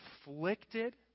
afflicted